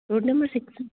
road number six